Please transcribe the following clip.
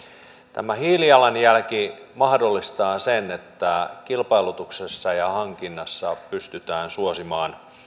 tämä hiilijalanjälki mahdollistaa sen että kilpailutuksessa ja hankinnassa pystytään suosimaan